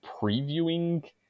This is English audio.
previewing